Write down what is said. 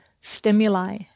stimuli